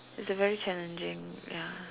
it's a very challenging ya